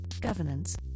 governance